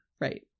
Right